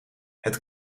het